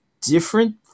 different